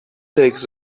takes